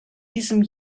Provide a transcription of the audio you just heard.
diesem